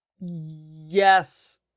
yes